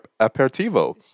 aperitivo